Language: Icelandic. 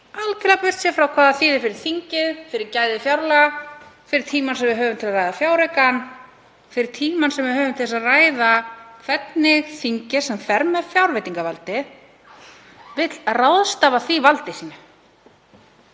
algjörlega burt séð frá því hvað það þýðir fyrir þingið, fyrir gæði fjárlaga, fyrir tímann sem við höfum til að ræða fjáraukann, fyrir tímann sem við höfum til að ræða hvernig þingið, sem fer með fjárveitingavaldið, vill ráðstafa því valdi sínu.